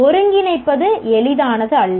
ஒருங்கிணைப்பது எளிதானது அல்ல